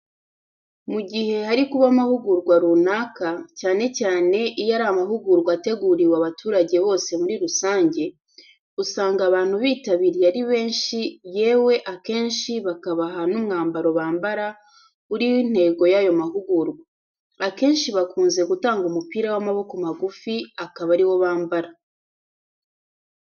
Mu gihe hari kuba amahugurwa runaka, cyane cyane iyo ari amahugurwa ateguriwe abaturage bose muri rusange, usanga abantu bitabiriye ari benshi yewe akenshi bakabaha n'umwambaro bambara uriho intego y'ayo mahugurwa, akenshi bakunze gutanga umupira w'amaboko magufi akaba ari wo bambara.